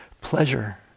pleasure